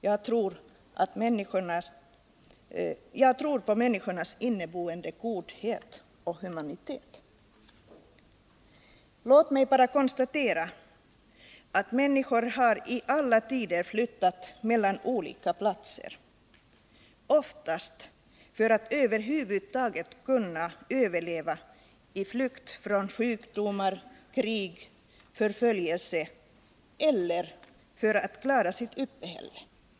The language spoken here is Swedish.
Jag tror på människornas inneboende godhet och humanitet. Låt mig bara konstatera att människor i alla tider har flyttat mellan olika platser — oftast i flykt från sjukdomar, krig och förföljelser för att över huvud taget kunna överleva men också för att klara sitt uppehälle.